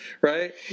right